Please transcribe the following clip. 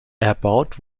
erbaut